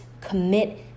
commit